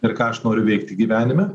ir ką aš noriu veikti gyvenime